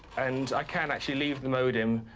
and i can actually leave the modem,